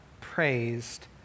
praised